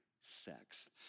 sex